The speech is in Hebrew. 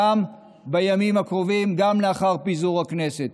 גם בימים הקרובים, גם לאחר פיזור הכנסת.